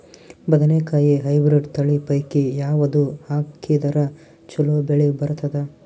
ಬದನೆಕಾಯಿ ಹೈಬ್ರಿಡ್ ತಳಿ ಪೈಕಿ ಯಾವದು ಹಾಕಿದರ ಚಲೋ ಬೆಳಿ ಬರತದ?